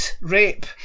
rape